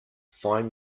find